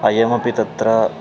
अयमपि तत्र